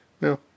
No